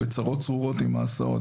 בצרות צרורות עם ההסעות.